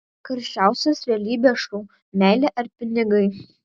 karščiausias realybės šou meilė ar pinigai